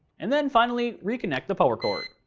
and then finally reconnect the power cord.